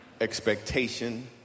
expectation